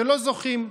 שלא זוכים,